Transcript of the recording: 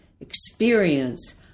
experience